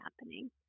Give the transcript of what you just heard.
happening